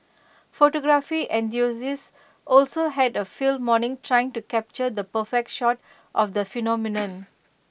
photography enthusiasts also had A field morning trying to capture the perfect shot of the phenomenon